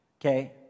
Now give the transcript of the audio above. okay